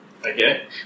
Okay